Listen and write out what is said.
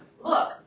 look